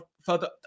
further